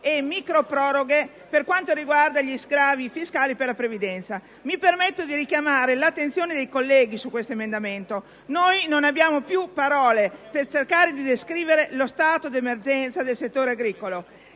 e microproroghe per quanto riguarda gli sgravi fiscali per la previdenza. Mi permetto di richiamare l'attenzione dei colleghi su tale emendamento. Noi non abbiamo più parole per cercare di descrivere lo stato d'emergenza del settore agricolo.